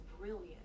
brilliant